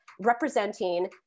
representing